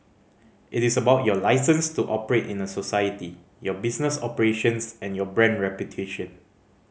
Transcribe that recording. it is about your licence to operate in a society your business operations and your brand reputation